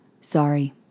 Sorry